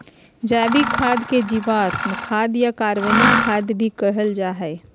जैविक खाद के जीवांश खाद या कार्बनिक खाद भी कहल जा हइ